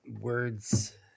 words